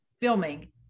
filming